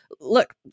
look